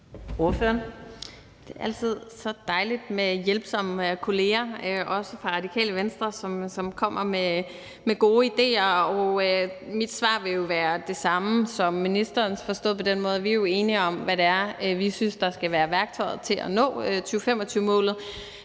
Det er altid så dejligt med hjælpsomme kolleger, også fra Radikale Venstre, som kommer med gode idéer. Mit svar vil jo være det samme som ministerens, forstået på den måde, at vi jo er enige om, hvad det er, vi synes skal være værktøjet til at nå 2025-målet.